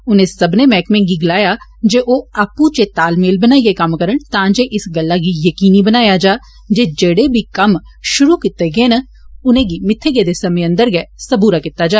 उनें सब्बनें मैहकमे गी गलाया जे ओ आपू च तालमेल बनाइय कम्म करन तां जे इस गल्ल गी यकीनी बनाया जा जे जेड़ा बी कम्म शुरु कीता गेआ ऐ उस्सी मित्थे गेदे समें अंदर गै सबूरा कीता जा